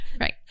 Right